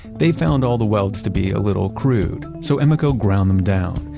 they found all the welds to be a little crude, so emeco ground them down,